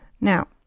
Now